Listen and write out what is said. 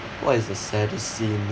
what is the saddest scene